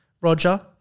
Roger